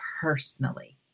personally